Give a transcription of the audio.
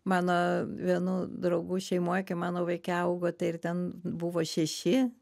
mano vienų draugų šeimoj kai mano vaikai augo tai ir ten buvo šeši